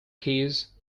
keys